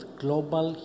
global